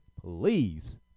please